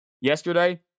yesterday